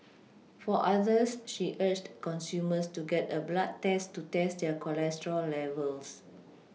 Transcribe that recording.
for others she urged consumers to get a blood test to test their cholesterol levels